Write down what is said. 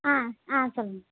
ஆ ஆ சொல்லுங்க